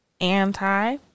anti